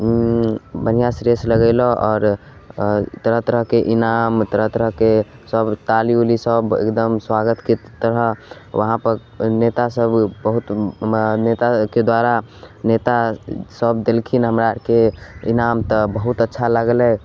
बढ़िआँ रेस लगेलहुँ आओर अऽ तरह तरहके इनाम तरह तरहके सभ ताली उली सभ एकदम स्वागतके तरह उहाँपर नेता सभ बहुत बड़ा नेताके द्वारा नेता सभ देलखिन हमरा आरके इनाम तऽ बहुत अच्छा लागलय